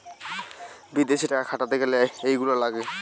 বিদেশে টাকা খাটাতে গ্যালে এইগুলা লাগে